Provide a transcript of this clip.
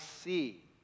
see